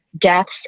deaths